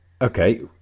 Okay